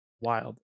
wild